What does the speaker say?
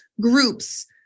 groups